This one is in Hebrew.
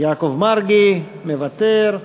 יעקב מרגי, מוותר,